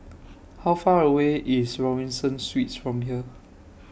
How Far away IS Robinson Suites from here